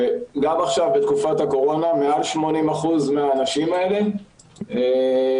וגם עכשיו בתקופת הקורונה מעל 80% מהאנשים האלה עובדים.